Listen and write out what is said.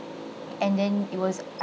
and then it was